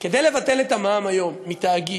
כדי לבטל את המע"מ היום מתאגיד